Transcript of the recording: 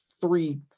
three